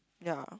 ya